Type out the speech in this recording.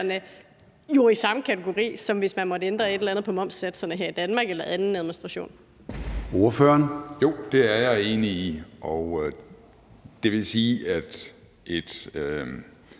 Jo, det er jeg enig i, og det vil sige, at et